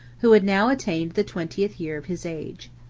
who had now attained the twentieth year of his age.